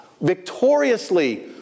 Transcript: victoriously